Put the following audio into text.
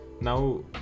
now